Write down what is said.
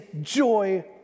joy